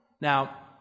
Now